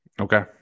Okay